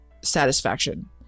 satisfaction